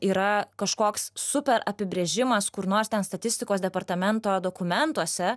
yra kažkoks super apibrėžimas kur nors ten statistikos departamento dokumentuose